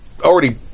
already